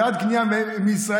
בעד קנייה מישראל.